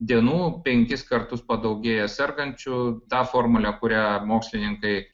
dienų penkis kartus padaugėja sergančių tą formulę kurią mokslininkai